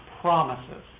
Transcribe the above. promises